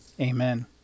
Amen